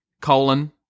colon